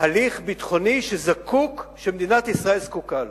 הליך ביטחוני שמדינת ישראל זקוקה לו.